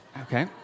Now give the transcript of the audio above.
Okay